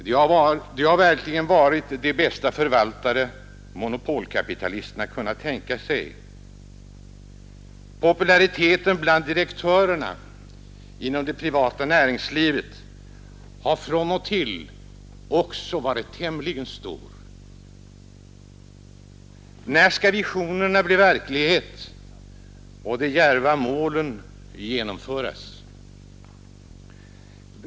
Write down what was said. De har verkligen varit de bästa förvaltare monopolkapitalisterna kunnat tänka sig. Populariteten bland direktörerna inom det privata näringslivet har från och till också varit tämligen stor. När skall visionerna bli verklighet och de djärva målen uppnås?